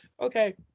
Okay